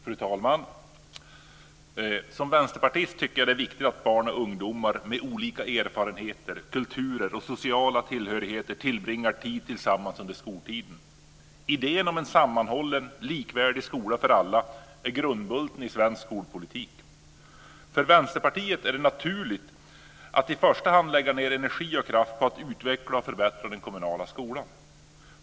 Fru talman! Som vänsterpartist tycker jag att det är viktigt att barn och ungdomar med olika erfarenheter, kulturer och social tillhörighet tillbringar tid tillsammans under skoltiden. Idén om en sammanhållen likvärdig skola för alla är grundbulten i svensk skolpolitik. För Vänsterpartiet är det naturligt att i första hand lägga ned energi och kraft på att utveckla och förbättra den kommunala skolan.